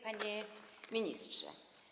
Panie Ministrze!